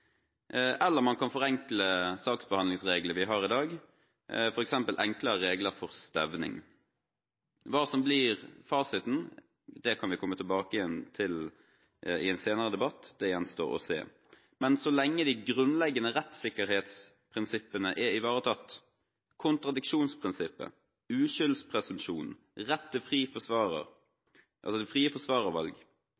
eller man kan forenkle saksbehandlingsreglene vi har i dag, f.eks. enklere regler for stevning. Hva som blir fasiten, kan vi komme tilbake til i en senere debatt. Det gjenstår å se. Men så lenge de grunnleggende rettssikkerhetsprinsippene er ivaretatt – kontradiksjonsprinsippet,